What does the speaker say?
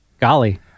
golly